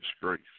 disgrace